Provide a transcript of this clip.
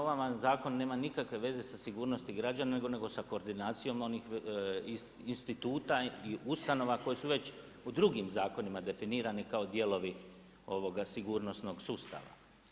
ovaj vam zakon nema nikakve veze sa sigurnosti građana, nego sa koordinacijom onih instituta i ustanova koje su već u drugim zakonima definirani kao dijelovi ovog sigurnosnog sustava.